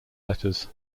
letters